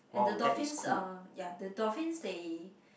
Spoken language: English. and the dolphins are ya the dolphins they